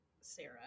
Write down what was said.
Sarah